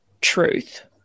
truth